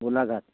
Golaghat